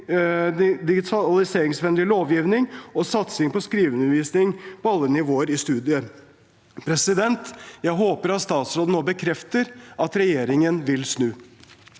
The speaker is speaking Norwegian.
digitaliseringsvennlig lovgivning – satsingen på skriveundervisning på alle nivåer i studiet Jeg håper at statsråden nå bekrefter at regjeringen vil snu.